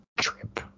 trip